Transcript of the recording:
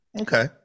Okay